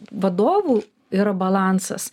vadovų yra balansas